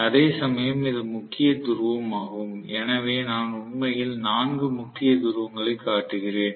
அதேசமயம் இது முக்கிய துருவமாகும் எனவே நான் உண்மையில் 4 முக்கிய துருவங்களைக் காட்டுகிறேன்